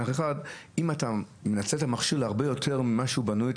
אם אתה מנצל את המכשיר להרבה יותר ממה שהוא בנוי,